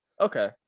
Okay